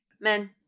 men